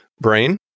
brain